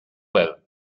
well